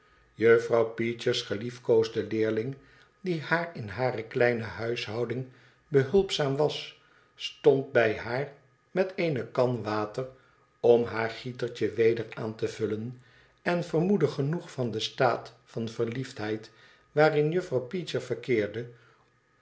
juffrouw peecher's geliefkoosde leerlbg die haar in hare kleine liuishouding behulpzaam was stond bij haar met eene kan water om haar gietertje weder aan te vullen en vermoedde genoeg van den staat van verliefdheid waarin juffrouw peecher verkeerde